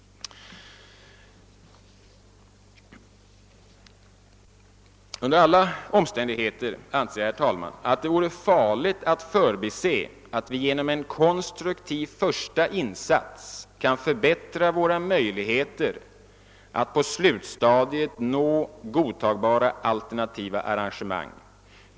Jag anser att det under alla omständigheter vore farligt att förbise, att vi genom en konstruktiv första insats kan förbättra våra möjligheter att på slutstadiet nå godtagbara alternativa arrangemang.